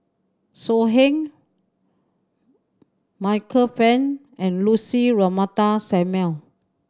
So Heng Michael Fam and Lucy Ratnammah Samuel